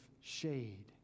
shade